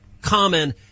common